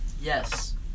yes